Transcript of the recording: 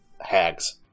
Hags